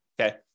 okay